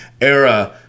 era